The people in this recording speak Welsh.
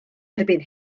erbyn